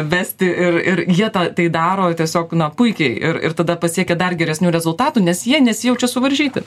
vesti ir ir jie tą tai daro tiesiog na puikiai ir tada pasiekia dar geresnių rezultatų nes jie nesijaučia suvaržyti